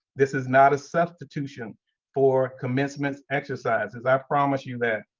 this is not a substitution for commencement exercises. i promise you that.